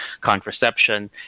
contraception